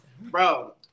Bro